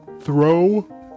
throw